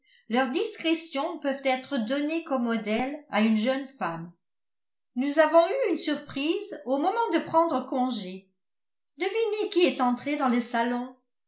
leur discrétion peuvent être données comme modèle à une jeune femme nous avons eu une surprise au moment de prendre congé devinez qui est entré dans le salon